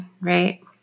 Right